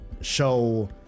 show